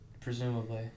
presumably